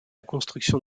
construction